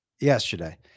yesterday